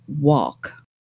walk